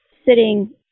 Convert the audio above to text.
sitting